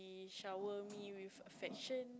he shower me with affection